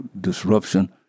disruption